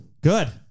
Good